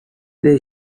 they